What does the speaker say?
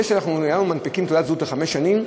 זה שהיום אנחנו מנפיקים תעודת זהות לחמש שנים,